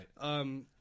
right